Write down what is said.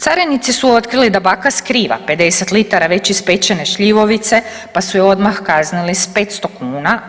Carinici su otkrili da baka skriva 50 litara već ispečene šljivovice, pa su je odmah kaznili sa 500 kuna, a koji dan poslije stigla joj je i kazna od tisuću 500 kuna.